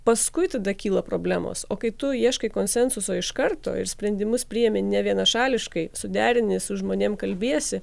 paskui tada kyla problemos o kai tu ieškai konsensuso iš karto ir sprendimus priimi nevienašališkai suderini su žmonėms kalbiesi